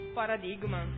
paradigma